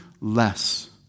less